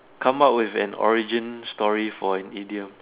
come out with an origin story for an idiom